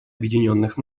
объединенных